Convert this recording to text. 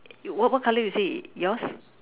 what what color you said yours